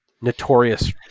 notorious